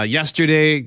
yesterday